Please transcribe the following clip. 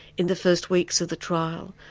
in the first weeks of the trial,